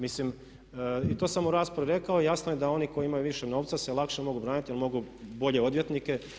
Mislim, i to sam u raspravi rekao, jasno je da oni koji imaju više novca se lakše mogu braniti jer mogu bolje odvjetnike.